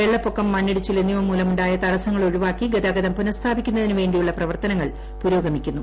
വെള്ളപ്പൊക്കം മണ്ണിടിച്ചിൽ എന്നിവ മൂലമുണ്ടായ തടസ്സങ്ങൾ ഒഴിവാക്കി ഗതാഗതം പുനസ്ഥാപിക്കുന്നതിന് വേണ്ടിയുള്ള പ്രവർത്തനങ്ങൾ പുരോഗമിക്കുന്നു